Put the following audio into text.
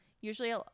usually